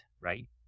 right